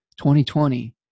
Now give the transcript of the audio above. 2020